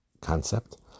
concept